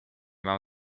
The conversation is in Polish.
mam